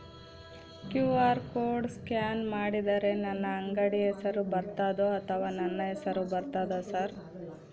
QR code scan ಮಾಡಿದರೆ ನನ್ನ ಅಂಗಡಿ ಹೆಸರು ಬರ್ತದೋ ಅಥವಾ ನನ್ನ ಹೆಸರು ಬರ್ತದ ಸರ್?